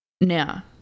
Now